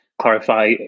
clarify